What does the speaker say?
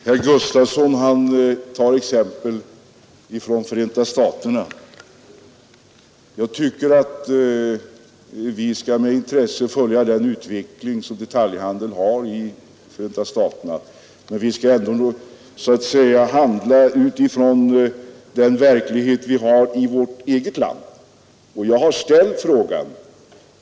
Herr talman! Herr Gustafsson i Byske tar exempel från Förenta staterna. Jag tycker visserligen att vi med intresse bör följa detaljhandelns utveckling i Förenta staterna, men vi skall väl ändå ta ställning utifrån den verklighet vi har i vårt eget land.